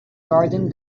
garden